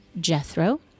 Jethro